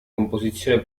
composizione